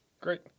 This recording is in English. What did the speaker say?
Great